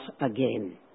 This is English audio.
again